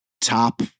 top